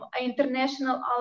international